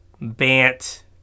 Bant